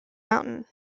mountain